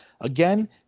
Again